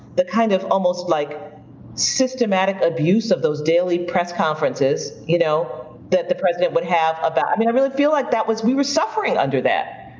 the kind of almost like systematic abuse of those daily press conferences you know that the president would have about. i really feel like that we were suffering under that,